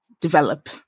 develop